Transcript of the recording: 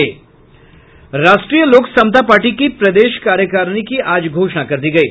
राष्ट्रीय लोक समता पार्टी की प्रदेश कार्यकारिणी की आज घोषणा कर दी गयी